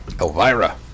Elvira